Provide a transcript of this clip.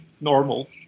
normal